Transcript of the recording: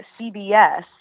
CBS